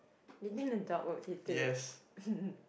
you think the dog will eat it